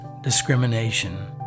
discrimination